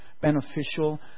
beneficial